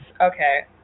Okay